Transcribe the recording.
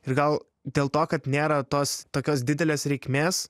ir gal dėl to kad nėra tos tokios didelės reikmės